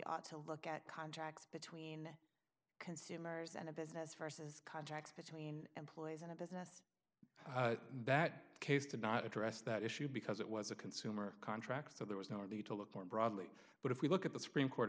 ought to look at contracts between consumers and a business versus contracts between employees in a business that case to not address that issue because it was a consumer contract so there was no need to look more broadly but if we look at the supreme court